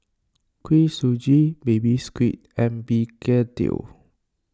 Kuih Suji Baby Squid and Begedil